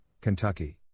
Kentucky